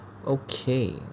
okay